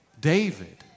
David